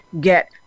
get